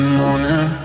morning